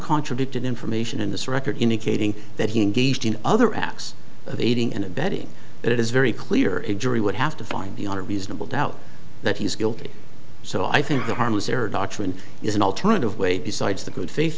contradicted information in this record indicating that he engaged in other acts of aiding and abetting it is very clear it jury would have to find the author of reasonable doubt that he's guilty so i think the harmless error doctrine is an alternative way besides the good fa